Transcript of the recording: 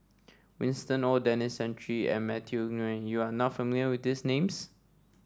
Winston Oh Denis Santry and Matthew Ngui you are not familiar with these names